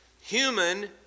human